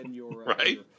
Right